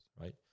right